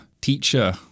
teacher